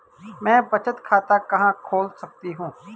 मैं बचत खाता कहां खोल सकती हूँ?